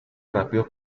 rápido